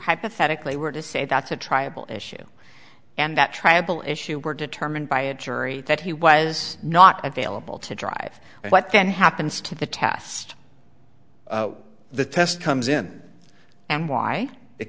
hypothetically were to say that's a triable issue and that tribal issue were determined by a jury that he was not available to drive what then happens to the task the test comes in and why it